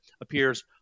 appears